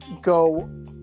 go